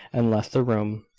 and left the room.